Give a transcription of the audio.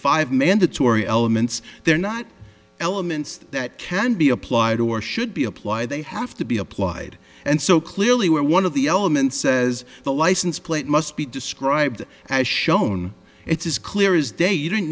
five mandatory elements they're not elements that can be applied or should be applied they have to be applied and so clearly where one of the elements says the license plate must be described as shown it is clear is day you don't